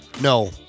No